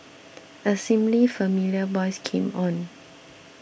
a seemingly familiar voice came on